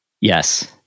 Yes